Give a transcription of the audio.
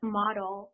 model